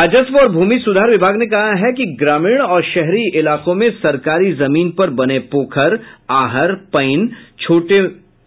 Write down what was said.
राजस्व और भूमि सुधार विभाग ने कहा है कि ग्रामीण और शहरी इलाके में सरकारी जमीन पर बने पोखर आहर पइन छोटे